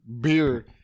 beer